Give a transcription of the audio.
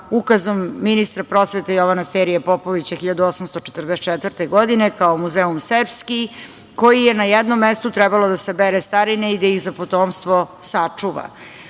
ukazom ministra prosvete, Jovana Sterije Popovića 1844. godine, kao "Muzeum serbski", koji je na jednom mestu trebalo da sabere starine i da ih za potomstvo sačuva.